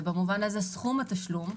במובן הזה סכום התשלום,